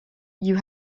you